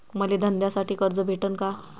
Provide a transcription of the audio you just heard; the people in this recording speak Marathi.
मले धंद्यासाठी कर्ज भेटन का?